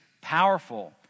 powerful